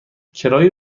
کرایه